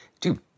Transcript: dude